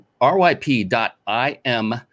ryp.im